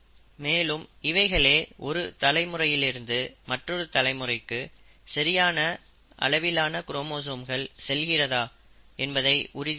மேலும் இவைகளே ஒரு தலைமுறையிலிருந்து மற்றொரு தலைமுறைக்கு சரியான அளவிலான குரோமோசோம்கள் செல்கிறதா என்பதை உறுதி செய்யும்